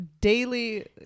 daily